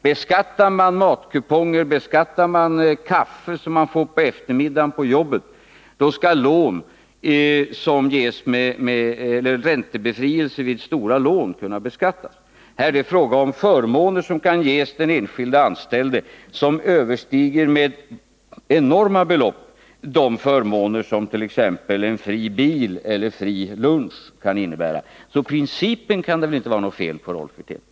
Beskattar man matkuponger och kaffe som serveras på eftermiddagen på arbetet, skall räntebefrielse vid stora lån kunna beskattas. Här är det fråga om förmåner för den enskilde anställde som med enorma belopp kan överstiga de förmåner som t.ex. en fri bil eller en fri lunch kan innebära. Så principen kan det väl inte vara något fel på, Rolf Wirtén.